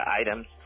items